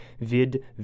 Vid